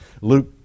Luke